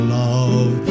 love